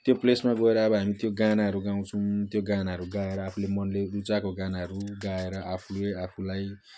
त्यो प्लेसमा गएर अब हामी त्यो गानाहरू गाउँछौँ त्यो गानाहरू गाएर आफूले मनले रुचाएको गानाहरू गाएर आफूले आफूलाई